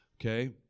Okay